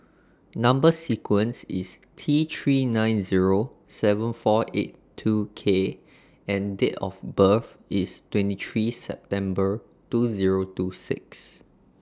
Number sequence IS T three nine Zero seven four eight two K and Date of birth IS twenty three September two Zero two six